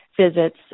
visits